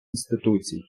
інституцій